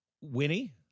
Winnie